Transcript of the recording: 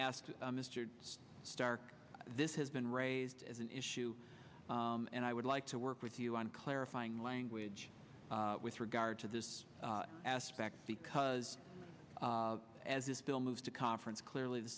asked mister stark this has been raised as an issue and i would like to work with you on clarifying language with regard to this aspect because as this bill moves to conference clearly the